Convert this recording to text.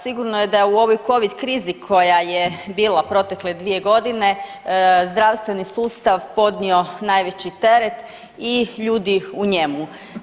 Sigurno je da je u ovoj covid krizi koja je bila protekle dvije godine zdravstveni sustav podnio najveći teret i ljudi u njemu.